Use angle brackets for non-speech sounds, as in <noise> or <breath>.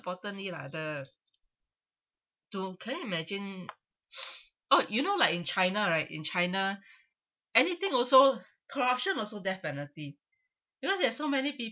importantly lah the to can you imagine <breath> oh you know like in china right in china anything also corruption also death penalty because there are so many people